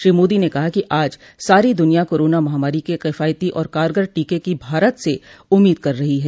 श्री मोदी ने कहा कि आज सारी दुनिया कोरोना महामारी के किफायती और कारगर टीके की भारत से उम्मीद कर रही है